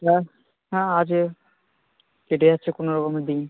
হ্যাঁ হ্যাঁ আছে কেটে যাচ্ছে কোনও রকমে দিন